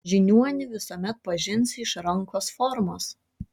žiniuonį visuomet pažinsi iš rankos formos